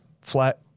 flat